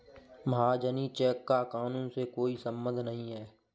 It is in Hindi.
महाजनी चेक का कानून से कोई संबंध नहीं है